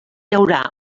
haurà